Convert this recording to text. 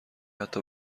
حتی